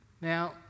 Now